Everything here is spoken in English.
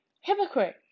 Hypocrite